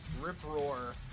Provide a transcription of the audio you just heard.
rip-roar